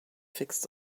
fixed